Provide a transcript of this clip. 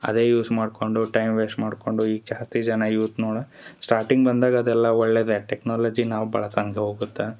ಅದೇ ಯೂಸ್ ಮಾಡ್ಕೊಂಡು time waste ಮಾಡ್ಕೊಂಡು ಈ ಜಾಸ್ತಿ ಜನ ಯೂತ್ನೋರ ಸ್ಟಾರ್ಟಿಂಗ್ ಬಂದಾಗ ಅದೆಲ್ಲ ಒಳ್ಳೆಯದೆ ಟೆಕ್ನಾಲಜಿ ನಾವು ಬಳಸಂಗ ಹೋಗುತ್ತ